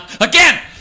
Again